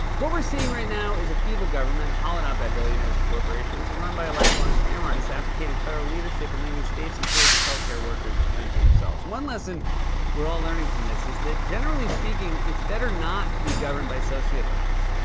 what we're seeing right now is a feeble government hollowed out by billionaires and corporations and run by a lifelong scam artist advocating federal leadership and leaving states and courageous health-care workers to fend for themselves. one lesson we're all learning from this is that, generally speaking, it's better not to be governed by sociopaths.